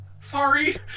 Sorry